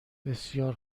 بسیار